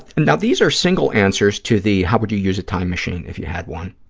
and now, these are single answers to the, how would you use a time machine if you had one.